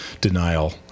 denial